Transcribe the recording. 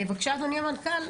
בבקשה, אדוני המנכ"ל.